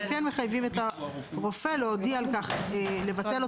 הוא לא רוצה לא להיות אחראי, אלא